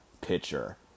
pitcher